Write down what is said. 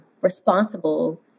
responsible